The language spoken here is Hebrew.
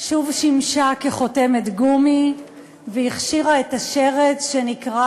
שוב שימשה כחותמת גומי והכשירה את השרץ שנקרא